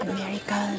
America